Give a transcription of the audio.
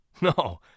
No